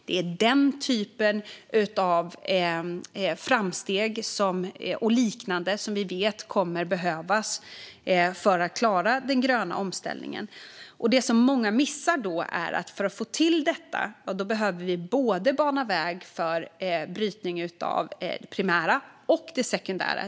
Det är den typen av framsteg som kommer att behövas för att klara den gröna omställningen. Det många missar är att för att få till detta behöver man bana väg för brytning av både det primära och det sekundära.